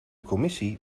commissie